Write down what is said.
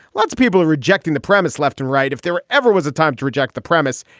let's people rejecting the premise left and right. if there ever was a time to reject the premise,